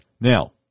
Now